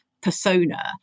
persona